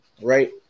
right